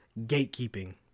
gatekeeping